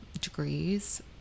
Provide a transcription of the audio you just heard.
degrees